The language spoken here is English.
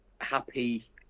happy